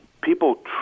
people